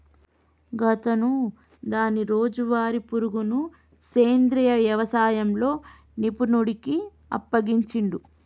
గాతను దాని రోజువారీ పరుగును సెంద్రీయ యవసాయంలో నిపుణుడికి అప్పగించిండు